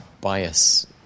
bias